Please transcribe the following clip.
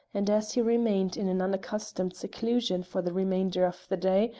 and as he remained in an unaccustomed seclusion for the remainder of the day,